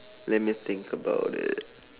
let me think about it